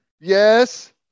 yes